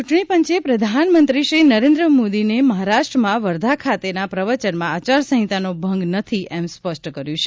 ચૂંટણી પંચે પ્રધાનમંત્રી શ્રી નરેન્દ્ર મોદીની મહારાષ્ટ્રમાં વર્ધા ખાતેના પ્રવચનમાં આચાર સંહિતાનો ભંગ નથી એમ સ્પષ્ટ કર્યુ છે